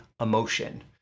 emotion